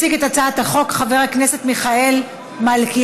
יציג את הצעת חוק חבר הכנסת מיכאל מלכיאלי,